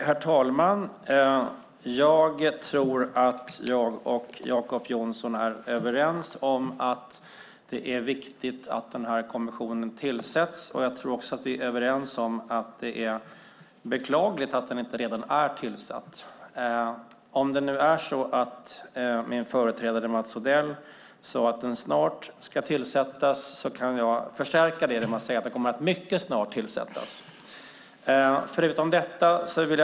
Herr talman! Jag tror att jag och Jacob Johnson är överens om att det är viktigt att kommissionen tillsätts. Jag tror att vi också är överens om att det är beklagligt att den inte redan är tillsatt. Om min företrädare Mats Odell sade att den snart ska tillsättas, kan jag förstärka det genom att säga att den kommer att tillsättas mycket snart.